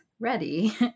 ready